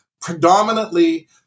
predominantly